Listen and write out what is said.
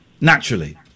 naturally